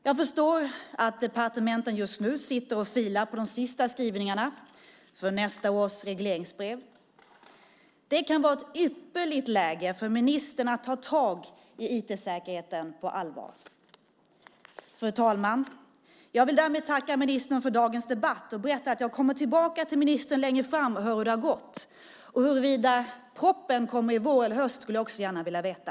Jag förstår att departementen just nu sitter och filar på de sista skrivningarna för nästa års regleringsbrev. Det kan vara ett ypperligt läge för ministern att ta tag i IT-säkerheten på allvar. Fru talman! Jag vill därmed tacka ministern för dagens debatt och berätta att jag kommer tillbaka till ministern längre fram och hör hur det har gått. Huruvida propositionen kommer i vår eller i höst skulle jag också gärna vilja veta.